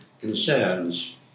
concerns